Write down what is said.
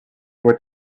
were